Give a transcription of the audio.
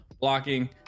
blocking